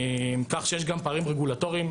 כך שיש גם פערים רגולטוריים,